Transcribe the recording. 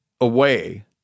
away